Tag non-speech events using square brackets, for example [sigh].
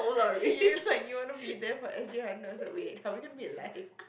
[breath] you look like you want to be there for S_G hundred away are we going to be alive